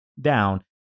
down